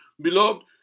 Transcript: Beloved